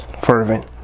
fervent